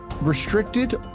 restricted